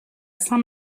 saint